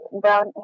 Brown